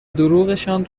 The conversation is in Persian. دروغشان